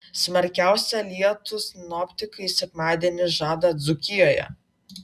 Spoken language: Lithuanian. smarkiausią lietų sinoptikai sekmadienį žada dzūkijoje